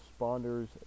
Responders